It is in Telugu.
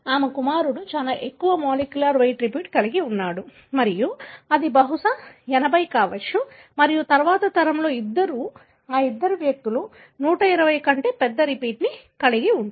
ఆమె కుమారుడు చాలా ఎక్కువ మాలిక్యులర్ వెయిట్ రిపీట్ కలిగి ఉంటాడు మరియు అది బహుశా 80 కావచ్చు మరియు తరువాత తరంలో ఇద్దరూ ఈ ఇద్దరు వ్యక్తులు 120 కంటే పెద్ద రిపీట్ కలిగి ఉంటారు